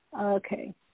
Okay